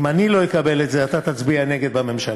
אם אני לא אקבל את זה, אתה תצביע נגד בממשלה.